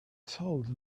told